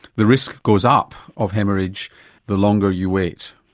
the risk goes up of haemorrhage the longer you wait.